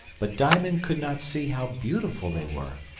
but diamond could not see how beautiful they were,